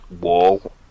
wall